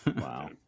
Wow